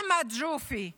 אחמד ג'ופי מדבוריה,